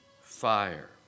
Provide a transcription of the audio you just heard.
fire